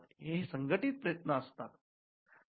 ते संघटित प्रयत्न असतात